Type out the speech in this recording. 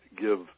give